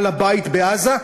בעל-הבית בעזה,